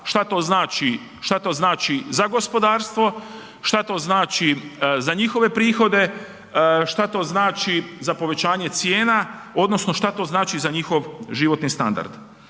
šta to znači za gospodarstvo, šta to znači za njihove prihode, šta to znači za povećanje cijena odnosno šta to znači za njihov životni standard.